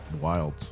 wild